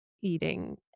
eating